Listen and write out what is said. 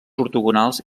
ortogonals